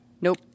Nope